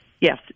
yes